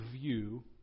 view